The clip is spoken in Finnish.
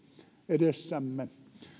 edessämme